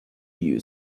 you